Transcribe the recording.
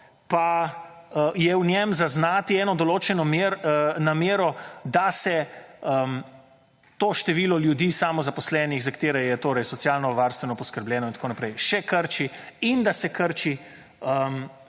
pa je v njem zaznati eno določeno namero, da se to število ljudi samozaposlenih, za katere je torej socialno varstveno poskrbljeno in tako naprej, še krči in da se krči